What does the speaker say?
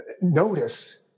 notice